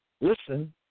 Listen